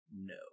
no